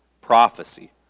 Prophecy